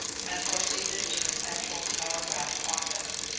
and proceeded to the central telegraph office.